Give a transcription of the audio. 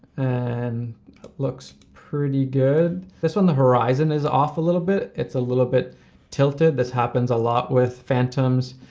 and it looks pretty good. this one the horizon is off a little bit. it's a little bit tilted. this happens a lot with phantoms.